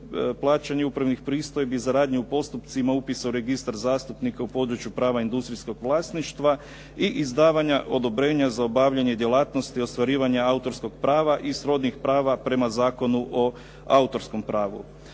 plaćanje upravnih pristojbi za radnje u postupcima, upisa u registar zastupnika u području prava industrijskog vlasništva i izdavanja odobrenja za obavljanje djelatnosti, ostvarivanja autorskog prava i srodnih prava prema Zakonu o autorskom pravu.